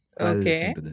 Okay